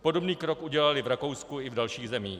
Podobný krok udělali v Rakousku i dalších zemích.